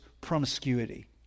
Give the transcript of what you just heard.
promiscuity